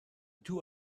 two